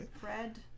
Fred